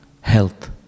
health